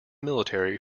military